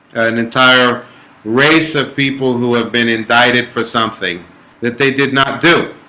an entire race of people who have been indicted for something that they did not do